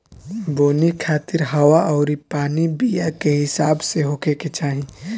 बोवनी खातिर हवा अउरी पानी बीया के हिसाब से होखे के चाही